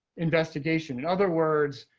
investigation. in other words,